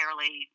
fairly